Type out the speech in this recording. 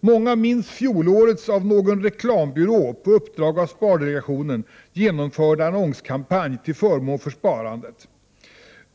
Många minns fjolårets av någon reklambyrå på uppdrag av spardelegationen genomförda annonskampanj till förmån för sparandet.